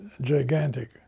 gigantic